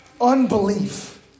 unbelief